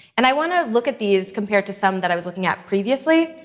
and i want to look at these compare to some that i was looking at previously,